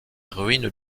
ruines